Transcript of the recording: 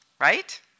right